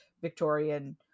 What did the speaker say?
victorian